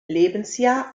lebensjahr